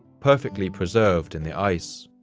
perfectly preserved in the ice.